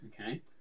okay